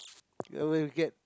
you are what you get